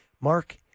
Mark